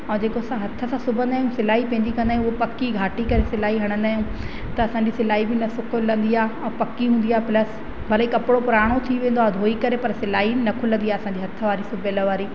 ऐं जेको असां हथ सां सुबंदा आहियूं सिलाई पंहिंजी कंदा आहियूं उहा पकी घाटी करे सिलाई हणंदा आहियूं त असांजी सिलाई बि न खुलंदी आहे ऐं पकी हूंदी आहे प्लस भले कपिड़ो पुराणो थी वेंदो आहे धोई करे पर सिलाई न खुलंदी आहे असांजे हथ वारी सुबियलु वारी